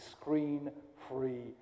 screen-free